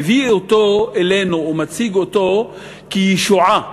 מביא אותו אלינו ומציג אותו כישועה.